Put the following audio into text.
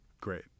great